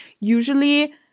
usually